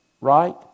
Right